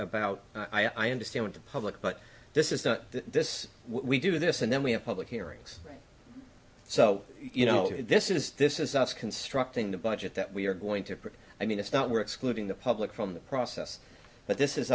about i understand the public but this is not this we do this and then we have public hearings so you know this is this is us constructing the budget that we are going to put i mean it's not we're excluding the public from the process but this is